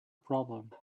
problem